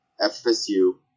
FSU